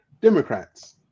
Democrats